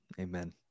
Amen